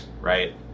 right